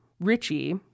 Richie